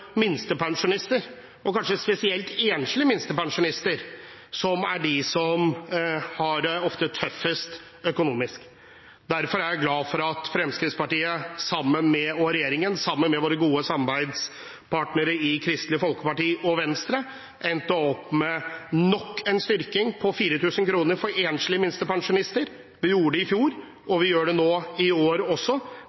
minstepensjonister, og kanskje spesielt enslige minstepensjonister, som ofte er dem som har det tøffest økonomisk. Derfor er jeg glad for at Fremskrittspartiet og regjeringen, sammen med våre gode samarbeidspartnere i Kristelig Folkeparti og Venstre, endte opp med nok en styrking på 4 000 kr for enslige minstepensjonister. Vi gjorde det i fjor,